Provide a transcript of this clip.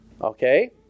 okay